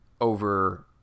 over